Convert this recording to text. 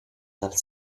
dal